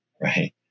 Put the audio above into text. right